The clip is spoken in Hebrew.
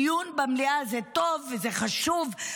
דיון במליאה זה טוב וחשוב,